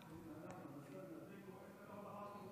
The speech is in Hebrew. (אומרת בערבית: